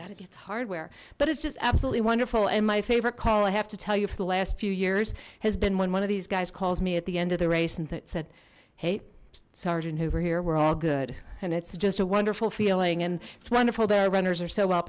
gets hardware but it's just absolutely wonderful and my favorite call i have to tell you for the last few years has been when one of these guys calls me at the end of the race and that said hey sergeant hoover here we're all good and it's just a wonderful feeling and it's wonderful the runners are so well